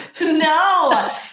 No